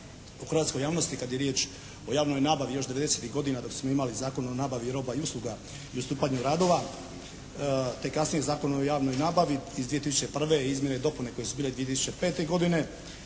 u hrvatskoj javnosti kad je riječ o javnoj nabavi još devedesetih godina dok smo imali Zakon o nabavi roba i usluga i ustupanju radova te kasnije Zakon o javnoj nabavi iz 2001., izmjene i dopune koje su bile 2005. godine